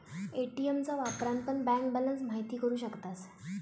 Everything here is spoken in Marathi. ए.टी.एम का वापरान पण बँक बॅलंस महिती करू शकतास